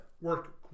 Work